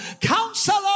Counselor